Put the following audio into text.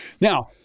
Now